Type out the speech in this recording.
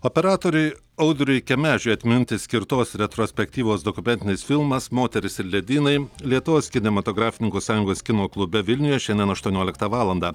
operatoriui audriui kemežiui atminti skirtos retrospektyvos dokumentinis filmas moteris ir ledynai lietuvos kinematografininkų sąjungos kino klube vilniuje šiandien aštuonioliktą valandą